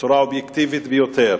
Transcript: בצורה האובייקטיבית ביותר,